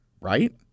right